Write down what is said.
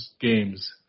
games